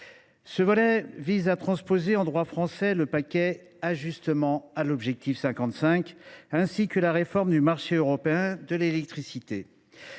examinons vise à transposer en droit français le paquet Ajustement à l’objectif 55 et la réforme du marché européen de l’électricité.